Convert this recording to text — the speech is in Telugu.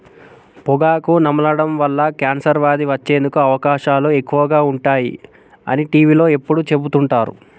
పొగాకు నమలడం వల్ల కాన్సర్ వ్యాధి వచ్చేందుకు అవకాశాలు ఎక్కువగా ఉంటాయి అని టీవీలో ఎప్పుడు చెపుతుంటారు